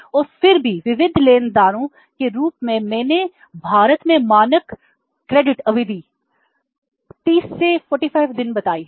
और फिर भी विविध लेनदारों के रूप में मैंने भारत में मानक क्रेडिट अवधि 30 से 45 दिन बताई है